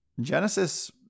Genesis